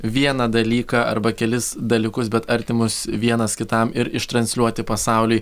vieną dalyką arba kelis dalykus bet artimus vienas kitam ir iš transliuoti pasauliui